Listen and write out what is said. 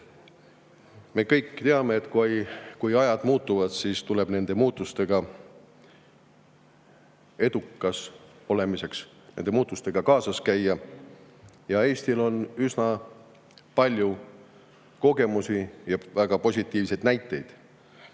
Me kõik teame, et kui ajad muutuvad, siis tuleb muutustega edukaks [toimetulekuks] nende muutustega kaasas käia. Eestil on üsna palju kogemusi ja väga positiivseid näiteid: